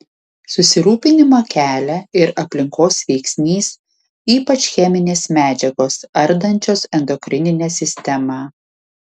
susirūpinimą kelia ir aplinkos veiksnys ypač cheminės medžiagos ardančios endokrininę sistemą